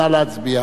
נא להצביע.